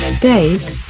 dazed